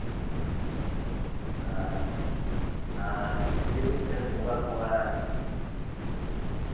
ᱟᱪᱪᱷᱟ ᱪᱤᱞᱤ ᱠᱚᱯᱮ ᱵᱚᱸᱜᱟ ᱠᱚᱣᱟ